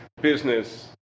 business